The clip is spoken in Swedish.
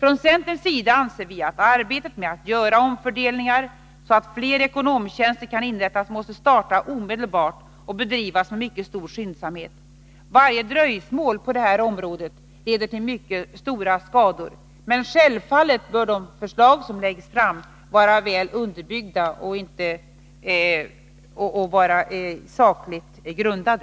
Från centerns sida anser vi att arbetet med att göra omfördelningar så att fler ekonomtjänster kan inrättas måste starta omedelbart och bedrivas med mycket stor skyndsamhet. Varje dröjsmål på det här området leder till mycket stora skador. Men självfallet bör de förslag som läggs fram vara sakligt väl underbyggda.